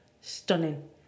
stunning